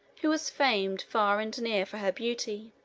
who was famed far and near for her beauty.